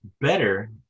better